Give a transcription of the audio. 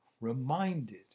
reminded